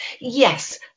yes